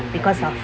because of